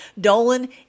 Dolan